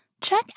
check